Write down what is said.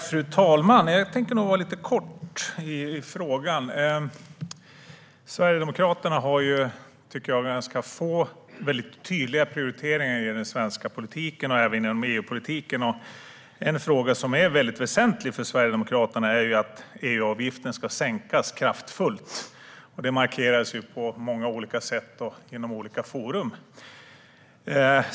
Fru talman! Jag tänker nog fatta mig kort i frågan. Sverigedemokraterna har, tycker jag, ganska få men väldigt tydliga prioriteringar i den svenska politiken och även i EU-politiken. En fråga som är väsentlig för Sverigedemokraterna är att EU-avgiften ska sänkas kraftigt. Det markerar de på många olika sätt och i olika forum.